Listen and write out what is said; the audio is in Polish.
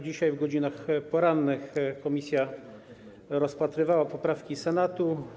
Dzisiaj w godzinach porannych komisja rozpatrywała poprawki Senatu.